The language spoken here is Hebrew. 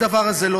הדבר הזה לא